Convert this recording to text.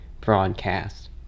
broadcast